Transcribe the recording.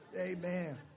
Amen